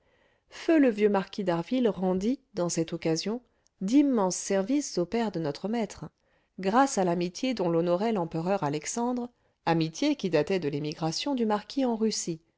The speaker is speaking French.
feu le vieux marquis d'harville rendit dans cette occasion d'immenses services au père de notre maître grâce à l'amitié dont l'honorait l'empereur alexandre amitié qui datait de l'émigration du marquis en russie